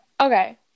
okay